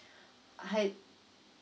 uh hi